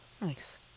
Nice